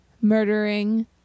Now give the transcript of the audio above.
murdering